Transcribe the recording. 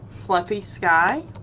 fluffy sky,